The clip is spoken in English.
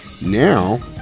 Now